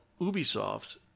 Ubisoft's